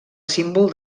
símbol